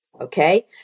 Okay